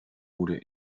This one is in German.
gute